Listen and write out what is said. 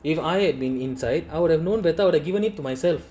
if I had been inside I would have known better I would have given it to myself